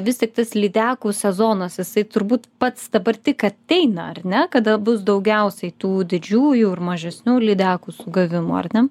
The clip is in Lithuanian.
vis tik tas lydekų sezonas jisai turbūt pats dabar tik ateina ar ne kada bus daugiausiai tų didžiųjų ir mažesnių lydekų sugavimų ar ne